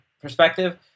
perspective